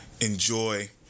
enjoy